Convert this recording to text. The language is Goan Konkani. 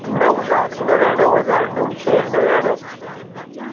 णव लाख णव्याण्णव हजार णवशें णव्याण्णव